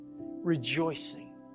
rejoicing